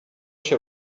się